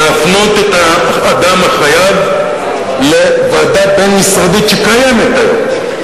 להפנות את האדם החייב לוועדה בין-משרדית שקיימת היום,